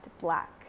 black